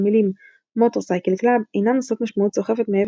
המילים "motorcycle club" אינן נושאות משמעות סוחפת מעבר